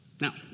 Now